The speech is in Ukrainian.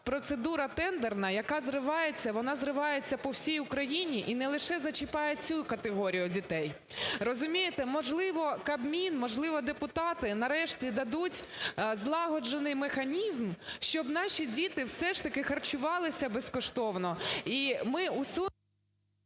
процедура тендерна, яка зривається, вона зривається по всій Україні і не лише зачіпає цю категорію дітей. Розумієте, можливо, Кабмін, можливо, депутати нарешті дадуть злагоджений механізм, щоб наші діти все ж таки харчувалися безкоштовно